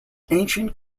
ancient